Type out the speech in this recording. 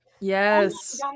yes